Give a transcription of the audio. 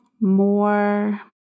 more